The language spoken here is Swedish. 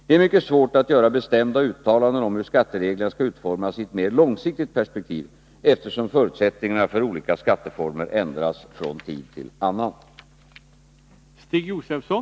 Det är mycket svårt att göra bestämda uttalanden om hur skattereglerna skall utformas i ett mer långsiktigt perspektiv, eftersom förutsättningarna för olika skattereformer ändras från tid till annan.